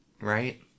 Right